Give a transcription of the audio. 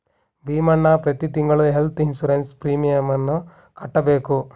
ಭೀಮಣ್ಣ ಪ್ರತಿ ತಿಂಗಳು health insurance ಪ್ರೀಮಿಯಮನ್ನು ಕಟ್ಟಬೇಕು